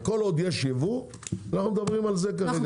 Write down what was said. כל עוד יש יבוא אנחנו מדברים על זה כרגע,